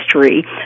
history